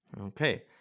Okay